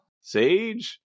Sage